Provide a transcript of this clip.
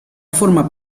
forma